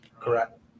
Correct